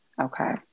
Okay